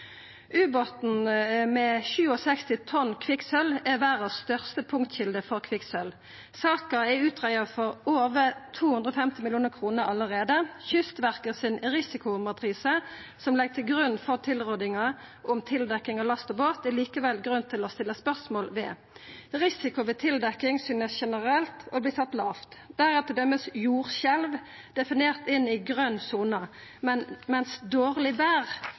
Ubåten med 67 tonn kvikksølv er verdas største punktkjelde for kvikksølv. Saka er allereie greidd ut for over 250 mill. kr. Kystverket si risikomatrise, som ligg til grunn for tilrådinga om tildekking av last og båt, er det likevel grunn til å stilla spørsmål ved. Risiko ved tildekking synest generelt å verta sett lågt. I risikomatrisa er t.d. jordskjelv definert inn i grøn sone, mens dårleg